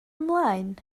ymlaen